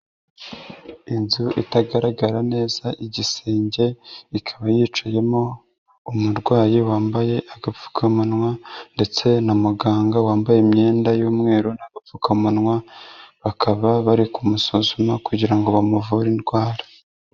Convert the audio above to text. Inzu itagaragara neza igisenge, ikaba yicayemo umurwayi wambaye agapfukamunwa ndetse na muganga wambaye imyenda y'umweru n'agapfukamuwa, bakaba bari kumusuzuma kugira ngo bamuvure indwara.